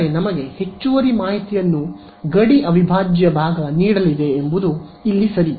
ಆದರೆ ನಮಗೆ ಹೆಚ್ಚುವರಿ ಮಾಹಿತಿಯನ್ನು ಗಡಿ ಅವಿಭಾಜ್ಯ ಭಾಗ ನೀಡಲಿದೆ ಎಂಬುದು ಇಲ್ಲಿ ಸರಿ